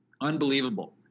Unbelievable